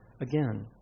again